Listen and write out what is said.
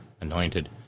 Anointed